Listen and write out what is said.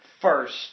first